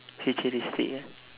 futuristic ah